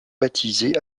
baptisés